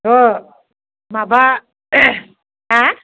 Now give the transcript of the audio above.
माबा हा